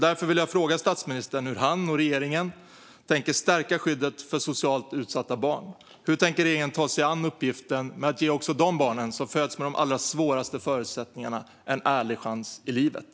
Därför vill jag fråga statsministern hur han och regeringen tänker stärka skyddet för socialt utsatta barn. Hur tänker regeringen ta sig an uppgiften att ge också de barn som föds med de allra svåraste förutsättningarna en ärlig chans i livet?